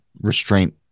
restraint